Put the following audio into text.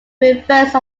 reverse